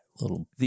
little